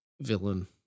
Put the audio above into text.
villain